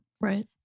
Right